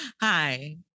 Hi